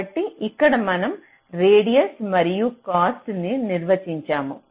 కాబట్టి ఇక్కడ మనం రేడియస్ మరియు కాస్ట్ ని నిర్వచించాము